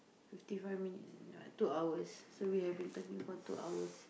fifty five minutes that one two hours so we have been talking two hours